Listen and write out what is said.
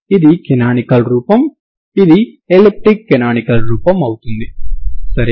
ఇది కనానికల్ రూపం ఇది ఎలిప్టిక్ కనానికల్ రూపం అవుతుంది సరేనా